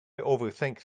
overthink